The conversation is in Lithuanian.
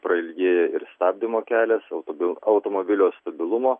prailgėja ir stabdymo kelias autobil automobilio stabilumo